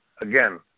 again